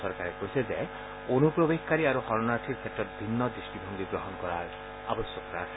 চৰকাৰে কৈছে যে অনুপ্ৰৱেশকাৰী আৰু শৰণাৰ্থীৰ ক্ষেত্ৰত ভিন্ন দৃষ্টিভংগী গ্ৰহণ কৰাৰ আবশ্যকতা আছে